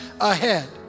ahead